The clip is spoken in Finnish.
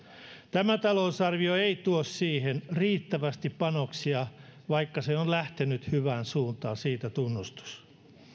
tämä talousarvio ei tuo siihen riittävästi panoksia vaikka se on lähtenyt hyvään suuntaan siitä tunnustus